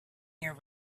year